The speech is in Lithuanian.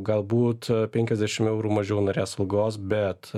galbūt penkiasdešimt eurų mažiau norės algos bet